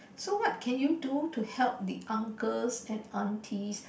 so what can you do to help the uncles and aunties